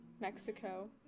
Mexico